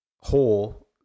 hole